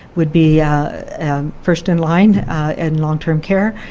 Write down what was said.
would be first in line in long-term care.